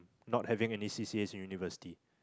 not having any C_C_A in university